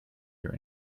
your